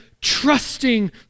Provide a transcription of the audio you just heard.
trusting